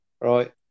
right